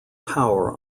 power